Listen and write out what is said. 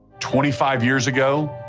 twenty five years ago.